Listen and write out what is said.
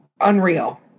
unreal